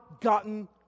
gotten